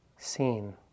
Seen